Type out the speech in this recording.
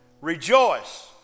rejoice